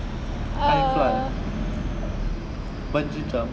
ah